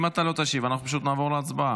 אם אתה לא תשיב, אנחנו פשוט נעבור להצבעה.